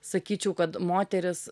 sakyčiau kad moteris